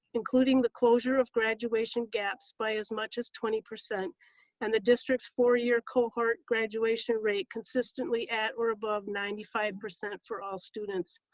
including the closure of graduation gaps by as much as twenty, and the district four year cohort graduation rate consistently at or above ninety five percent for all students,